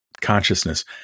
consciousness